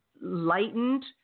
lightened